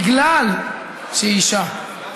בגלל שהיא אישה.